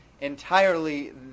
entirely